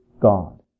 God